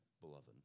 Beloved